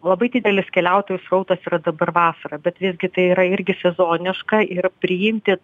labai didelis keliautojų srautas yra dabar vasarą bet visgi tai yra irgi sezoniška ir priimti